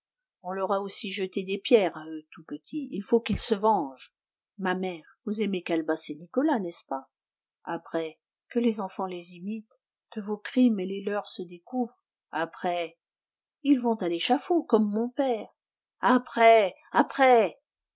on leur a aussi jeté des pierres à eux tout petits faut qu'ils se vengent ma mère vous aimez calebasse et nicolas n'est-ce pas après que les enfants les imitent que vos crimes et les leurs se découvrent après ils vont à l'échafaud comme mon père après après